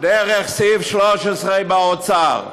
דרך סעיף 13, באוצר.